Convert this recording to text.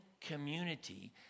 community